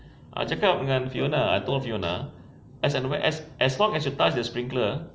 ah cakap dengan fiona I told fiona as and whe~ as long as you tie your sprinkler